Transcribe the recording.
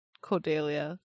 Cordelia